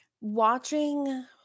watching